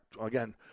again